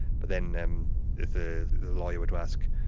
but then then if the lawyer were to ask,